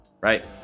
right